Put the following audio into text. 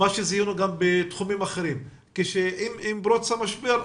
גם בתחומים אחרים זיהינו שעם פרוץ המשבר,